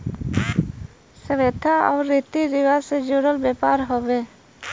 सभ्यता आउर रीती रिवाज से जुड़ल व्यापार हउवे